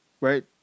right